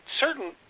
certain